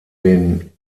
den